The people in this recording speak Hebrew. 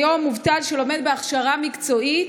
כיום מובטל שלומד בהכשרה מקצועית,